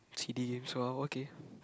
C_D games !wow! okay